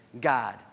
God